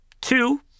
two